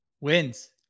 Wins